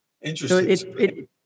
Interesting